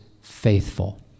faithful